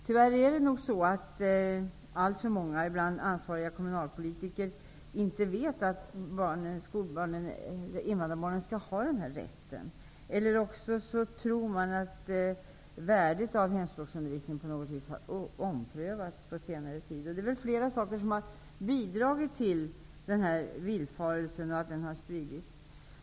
Tyvärr är det nog så att många kommunalpolitiker inte vet att invandrarbarnen skall ha den rätten, eller också tror man att värdet av hemspråksundervisning har omprövats på senare tid. Det finns flera orsaker till denna missuppfattning.